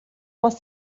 más